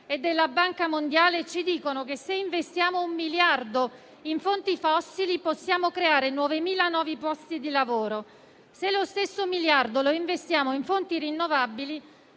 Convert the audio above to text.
e della Banca mondiale ci dicono che se investiamo un miliardo in fonti fossili, possiamo creare 9.000 nuovi posti di lavoro. Se lo stesso miliardo lo investiamo in fonti rinnovabili,